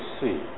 see